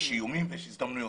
יש איומים ויש הזדמנות.